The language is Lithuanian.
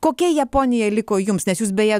kokia japonija liko jums nes jūs beje